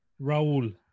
Raul